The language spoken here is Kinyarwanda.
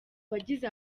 bagize